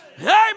amen